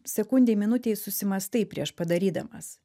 sekundei minutei susimąstai prieš padarydamas